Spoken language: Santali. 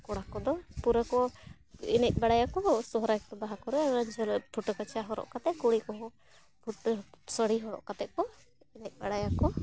ᱠᱚᱲᱟ ᱠᱚᱫᱚ ᱯᱩᱨᱟᱹ ᱠᱚ ᱮᱱᱮᱡ ᱵᱟᱲᱟᱭᱟᱠᱚ ᱥᱚᱦᱨᱟᱭ ᱠᱚ ᱵᱟᱦᱟ ᱠᱚᱨᱮ ᱡᱷᱟᱹᱞ ᱯᱷᱩᱴᱟᱹ ᱠᱟᱪᱟ ᱦᱚᱨᱚᱜ ᱠᱟᱛᱮᱫ ᱠᱩᱲᱤ ᱠᱚᱦᱚᱸ ᱯᱷᱩᱴᱟᱹ ᱥᱟᱹᱲᱤ ᱦᱚᱨᱚᱜ ᱠᱟᱛᱮᱫ ᱠᱚ ᱮᱱᱮᱡ ᱵᱟᱲᱟᱭᱟᱠᱚ